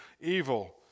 evil